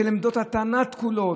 של עמדות הטענה תקולות,